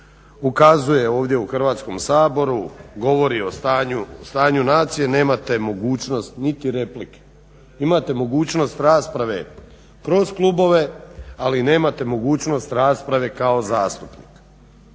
ukazuje ovdje u Hrvatskom saboru govori o stanju nacije nemate mogućnost niti replike. Imate mogućnost rasprave kroz klubove, ali nemate mogućnost rasprave kao zastupnik